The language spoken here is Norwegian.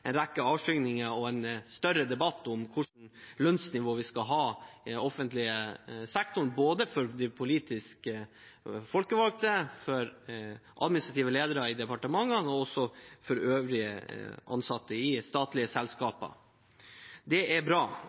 en rekke avskygninger og en større debatt om hva slags lønnsnivå vi skal ha i offentlig sektor, både for de politisk folkevalgte, for administrative ledere i departementene og for øvrige ansatte i statlige selskaper. Det er bra,